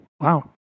Wow